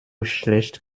schlecht